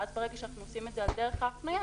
ואז ברגע שאנחנו עושים את זה על דרך ההפניה,